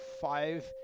five